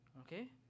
Okay